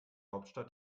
hauptstadt